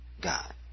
God